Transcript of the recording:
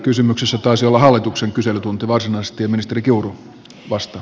kysymyksessä taisi olla hallituksen kyselytunti varsinaisesti ja ministeri kiuru vastaa